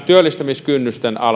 työllistämiskynnysten